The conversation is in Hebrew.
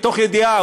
מתוך ידיעה,